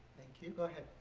thank you. go ahead,